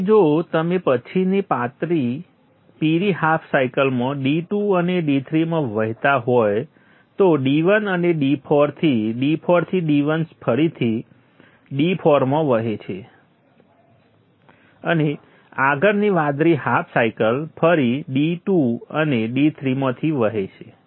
તેથી જો તમે પછીની પીળી હાફ સાયકલમાં D2 અને D3 માં વહેતા હોય તો D1 અને D4 થી D4 થી D1 ફરીથી D4 માં વહે છે અને આગળની વાદળી હાફ સાયકલ ફરી D2 અને D3 માંથી વહેશે